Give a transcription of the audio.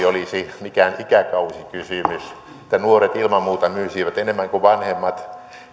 olisi mikään ikäkausikysymys että nuoret ilman muuta myisivät enemmän kuin vanhemmat